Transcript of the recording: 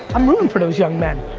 i'm rooting for those young men.